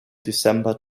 december